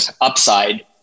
upside